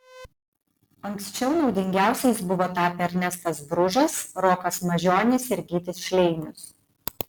anksčiau naudingiausiais buvo tapę ernestas bružas rokas mažionis ir gytis šleinius